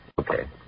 Okay